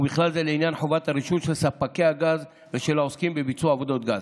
ובכלל זה לעניין חובת הרישוי של ספקי הגז ושל העוסקים בביצוע עבודות גז,